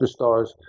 superstars